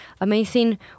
amazing